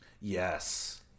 Yes